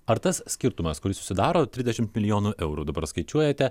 ar tas skirtumas kuris susidaro trisdešimt milijonų eurų dabar skaičiuojate